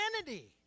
identity